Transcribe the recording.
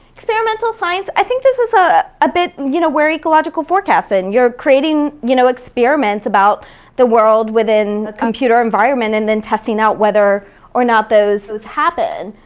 experimental science, i think this is a ah bit you know we're ecological forecasting. you're creating you know experiments about the world within a computer environment and then testing out whether or not those happened.